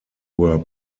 were